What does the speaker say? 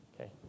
okay